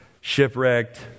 Shipwrecked